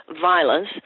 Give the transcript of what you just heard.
violence